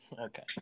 Okay